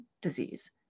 disease